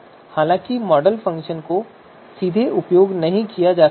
इसलिए model function का सीधे उपयोग नहीं किया जा सकता है